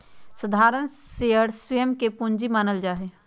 साधारण शेयर स्वयं के पूंजी मानल जा हई